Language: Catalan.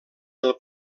del